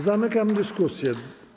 Zamykam dyskusję.